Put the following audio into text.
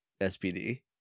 SPD